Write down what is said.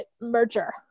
merger